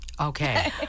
okay